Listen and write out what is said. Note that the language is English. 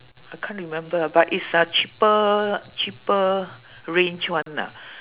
I can't remember ah but it's a cheaper cheaper range one ah